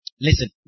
Listen